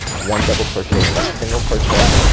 one double crochet in the single crochet,